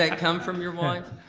ah come from your wife?